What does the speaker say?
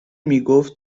میگفت